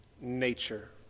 nature